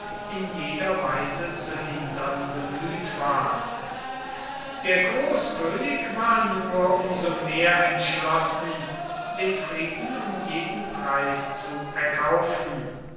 in jeder weise zu hindern bemüht war der großkönig war nur um so mehr entschlossen den frieden um jeden preis zu erkaufen